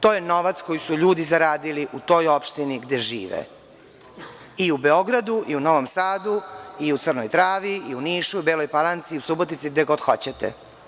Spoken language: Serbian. To je novac koji su ljudi zaradili u toj opštini gde žive, i u Beogradu, i u Novom Sadu, i u Crnoj Travi, i u Nišu, i u Beloj Palanci, Subotici, gde god hoćete.